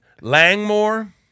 langmore